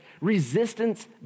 Resistance